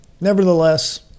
Nevertheless